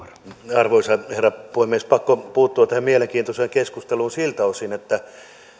arvoisa herra puhemies pakko puuttua tähän mielenkiintoiseen keskusteluun siltä osin että